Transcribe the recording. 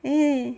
eh